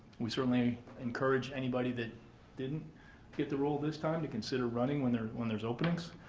we certainly encourage anybody that didn't get the role this time to consider running when there's when there's openings.